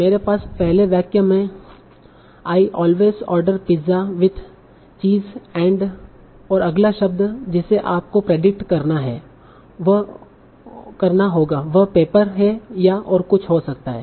मेरे पास पहले वाक्य में I always order pizza with cheese and और अगला शब्द जिसे आपको प्रेडिक्ट करना होगा वह पेपर या ओर कुछ हो सकता हैं